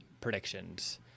predictions